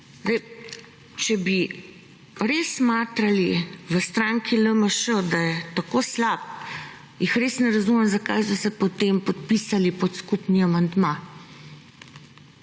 če bi res smatrali v stranki LMŠ, da je tako slab, jih res ne razumem, zakaj so se potem podpisali pod skupni amandma,